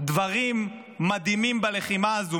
דברים מדהימים בלחימה הזו,